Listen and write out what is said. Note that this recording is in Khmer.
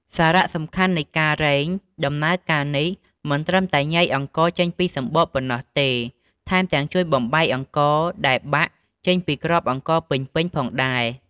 សារៈសំខាន់នៃការរែង ដំណើរការនេះមិនត្រឹមតែញែកអង្ករចេញពីសម្បកប៉ុណ្ណោះទេ ថែមទាំងជួយបំបែកអង្ករដែលបាក់ចេញពីគ្រាប់អង្ករពេញៗផងដែរ។